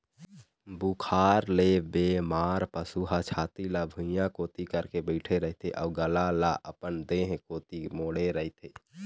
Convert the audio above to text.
बुखार ले बेमार पशु ह छाती ल भुइंया कोती करके बइठे रहिथे अउ गला ल अपन देह कोती मोड़े रहिथे